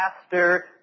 faster